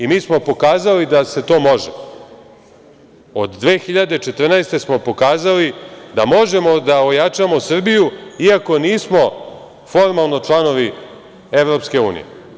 I mi smo pokazali da se to može, od 2014. godine smo pokazali da možemo da ojačamo Srbiju, iako nismo formalno članovi Evropske unije.